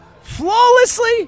flawlessly